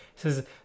says